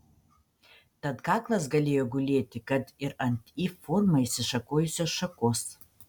tad kaklas galėjo gulėti kad ir ant y forma išsišakojusios šakos